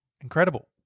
Incredible